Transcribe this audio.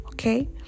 Okay